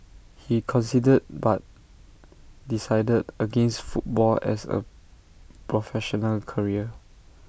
he considered but decided against football as A professional career